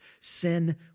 Sin